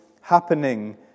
happening